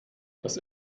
das